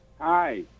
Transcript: Hi